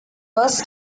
was